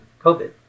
COVID